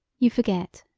you forget,